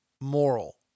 moral